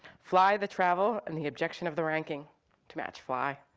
fly the travel and the objection of the ranking to match fly.